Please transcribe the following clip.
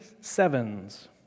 sevens